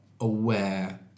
aware